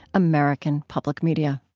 american public media